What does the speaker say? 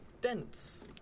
dense